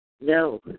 no